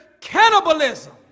cannibalism